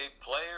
players